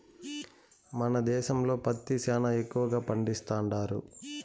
మన దేశంలో పత్తి సేనా ఎక్కువగా పండిస్తండారు